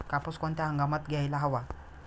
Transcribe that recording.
कापूस कोणत्या हंगामात घ्यायला हवा?